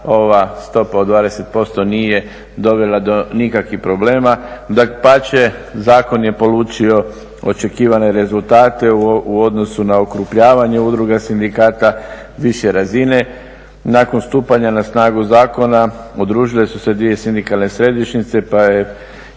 ova stopa od 20% nije dovela do nikakvih problema. Dapače zakon je polučio očekivane rezultate u odnosu na … udruga sindikata, više razine. Nakon stupanja na snagu zakona, udružile su se dvije sindikalne središnjice pa ih